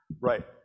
Right